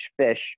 fish